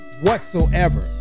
whatsoever